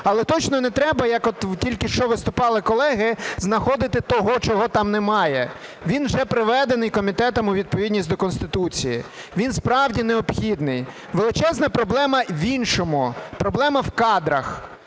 але точно не треба, як от тільки що виступали колеги, знаходити того, чого там немає. Він вже приведений комітетом у відповідність до Конституції. Він, справді, необхідний. Величезна проблема в іншому. Проблема – в кадрах.